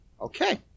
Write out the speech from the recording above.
Okay